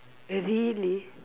really